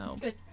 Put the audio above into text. Good